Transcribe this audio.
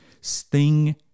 sting